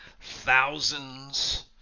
thousands